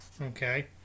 Okay